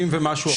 60% ומשהו.